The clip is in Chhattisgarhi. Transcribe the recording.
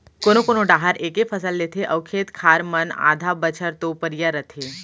कोनो कोना डाहर एके फसल लेथे अउ खेत खार मन आधा बछर तो परिया रथें